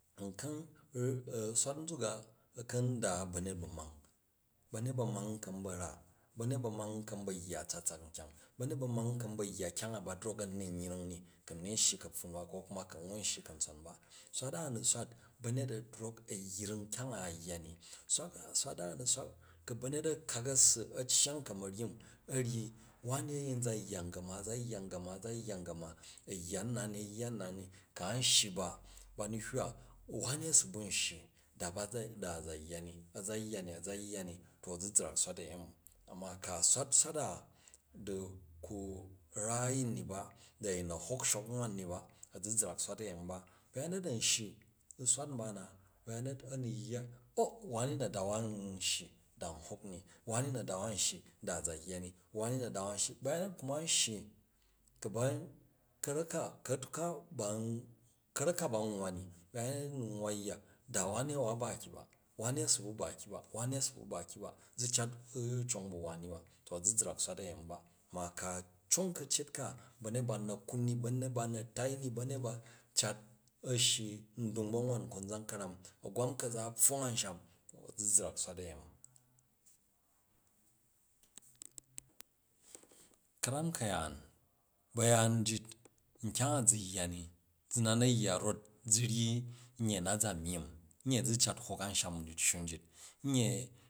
N ka̱, swat nzuk kan da ba̱nyet ba̱mang? Banyet bamang n ka̱ ba̱ ra? Banyet bamang n ka̱ yya a̱tsatsak kyang? Banyet ba̱mong, n ka̱ ba̱ yya kyang a ba drok a̱ri yring ni ku n ni shiye ka̱ptwung ba ko kuma ku̱ n wo shiyi ka̱rtson? Swat a, a ni swat ba̱njet a̱drok a̱ yring kyang a̱, a̱ yya ni, swat a a̱ni swat ku̱ ba̱nyet a̱ kak a̱ssi, a iyang ka̱ma̱ryin, a̱ ryi wani a̱ yin za yya gama, a za yya gama, a̱ za yya ganua, a̱ yya nna ni, a̱ yya nna ni, ku a shyi ba, bari hywa wani, a̱ sibu n shyi, da a̱ za yya ni a̱ za yya ni, to a̱zizrak swat ui ayemi. Amma ku̱ a swat, swat a di ku na a̱yin ni ba, da̱ ayin na hok shok nwan ni ba, a̱zizrak swat ayoni ba. Bayenyei, a̱n shyi, n swat mba na, bayanyet a̱ni yya o, wani a̱n da wa n shyi da n hok ni, wani na da wa n shi da a̱ za yya ni, wani na da wa n shyi bayanyet kuma an shyi, kaluk ka ka, karek ka ba n nwo o ni, a wa ba ki ba, wani a si bu ba ki ba, wani asiku ba ki ba. Zi cat n cong ba wani ba to azikrak swat ayemi ba. Ma ku̱ a̱ cong ka̱cyet ka ba̱nyet ba n na kiu ni, banget ba n na̱ tai ni, ba̱nyet ba cat a̱ shiyi dung ba nwan kozam karam, awan kaza a̱ pfong ansham, azizrak swat giyeni ka̱ram ka̱yaan baipan njit nkyang a zi yya ni, yi na na̱ yyo rot zi ryi a̱nye na zo myim a̱nya zi cat hok a̱msham diccu njit nye.